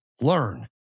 learn